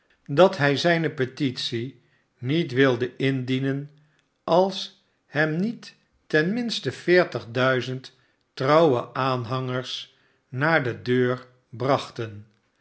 dat hij zijne petitie niet wilde indienen als hem niet ten minste veertig duizend trouwe aanhangers naar de deur brachten